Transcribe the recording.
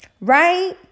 right